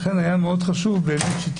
לכן, היה מאוד חשוב שתימשך